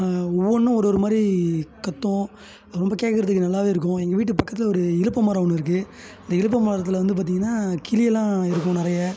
ஒவ்வொன்னும் ஒரு ஒரு மாதிரி கத்தும் ரொம்ப கேக்குறதுக்கு நல்லாவே இருக்கும் எங்கள் வீட்டு பக்கத்தில் ஒரு இலுப்ப மரம் ஒன்று இருக்குது அந்த இலுப்பை மரத்தில் வந்து பார்த்தீங்கன்னா கிளியெல்லாம் இருக்கும் நிறைய